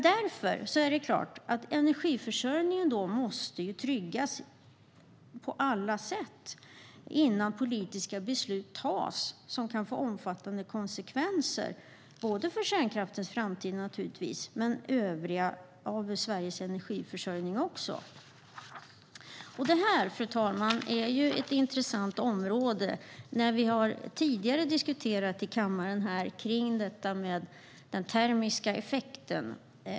Därför måste energiförsörjningen tryggas på alla sätt innan politiska beslut fattas som kan få omfattande konsekvenser både för kärnkraftens framtid och för Sveriges övriga energiförsörjning. Fru talman! Detta är ett intressant område. Vi har tidigare här i kammaren diskuterat den termiska effekten.